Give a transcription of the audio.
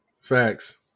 Facts